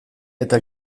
eta